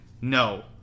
No